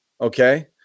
Okay